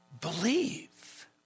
believe